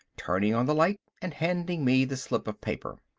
turning on the light and handing me the slip of paper.